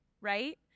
right